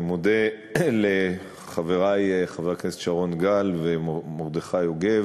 אני מודה לחברי חבר הכנסת שרון גל ומרדכי יוגב,